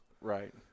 Right